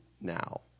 now